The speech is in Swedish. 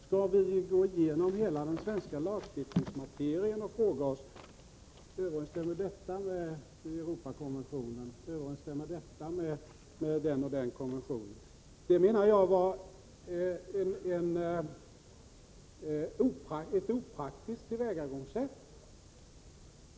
Skall vi gå igenom hela den svenska lagstiftningsmaterien och fråga oss: Överensstämmer detta med den och den konventionen? Det menar jag vara ett opraktiskt tillvägagångssätt.